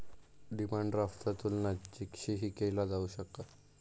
demand ड्राफ्टचा तुलना चेकशीही केला जाऊ शकता